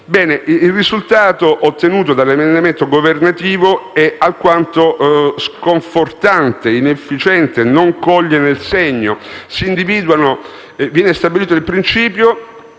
Il risultato ottenuto dall'emendamento governativo è alquanto sconfortante e inefficiente, non coglie nel segno. Viene stabilito il principio